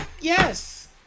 Yes